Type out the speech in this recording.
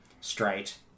straight